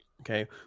okay